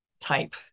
type